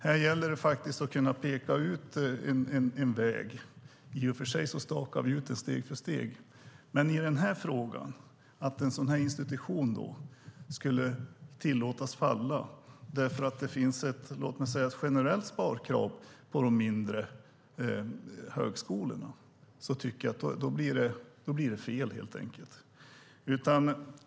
Här gäller det faktiskt att peka ut en väg. I och för sig stakar vi ut den steg för steg, men att en sådan här institution skulle tillåtas falla därför att det finns ett generellt sparkrav på de mindre högskolorna är helt enkelt fel.